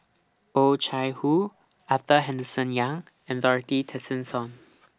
Oh Chai Hoo Arthur Henderson Young and Dorothy Tessensohn